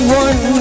one